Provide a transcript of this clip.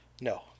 No